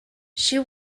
she